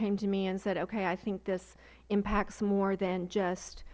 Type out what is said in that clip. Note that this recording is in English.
came to me and said okay i think this impacts more than just